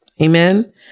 amen